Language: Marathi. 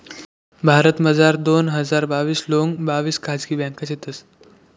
भारतमझार दोन हजार बाविस लोंग बाविस खाजगी ब्यांका शेतंस